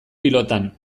pilotan